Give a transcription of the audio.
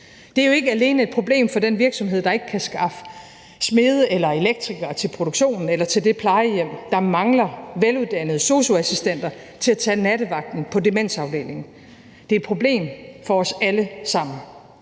Det er jo ikke alene et problem for den virksomhed, der ikke kan skaffe smede eller elektrikere til produktionen eller til det plejehjem, der mangler veluddannede sosu-assistenter til at tage nattevagten på demensafdelingen, for det er et problem for os alle sammen.